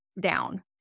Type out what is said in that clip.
Down